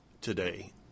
today